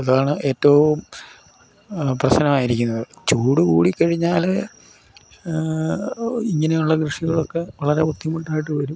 അതാണ് ഏറ്റവും പ്രശ്നമായിരിക്കുന്നത് ചൂട് കൂടിക്കഴിഞ്ഞാൽ ഇങ്ങനെയുള്ള കൃഷികളൊക്കെ വളരെ ബുദ്ധിമുട്ടായിട്ട് വരും